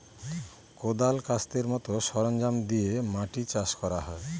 কোঁদাল, কাস্তের মতো সরঞ্জাম দিয়ে মাটি চাষ করা হয়